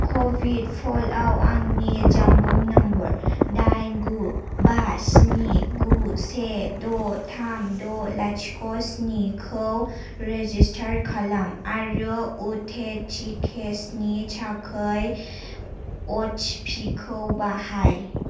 कभिद पल्टआव आंनि जानबुं नम्बर दाइन गु बा स्नि गु से द' थाम द' लाथिख' स्नि खौ रेजिस्टार खालाम आरो उटेटिकेसनि थाखाय अटिपिखौ बाहाय